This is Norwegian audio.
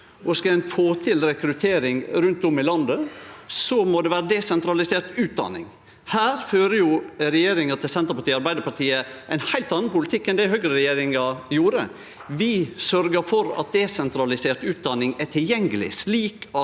skal ein få til rekruttering rundt om i landet, må det vere desentralisert utdanning. Her fører regjeringa til Senterpartiet og Arbeidarpartiet ein heilt annan politikk enn det høgregjeringa gjorde. Vi sørgjer for at desentralisert utdanning er tilgjengeleg, slik at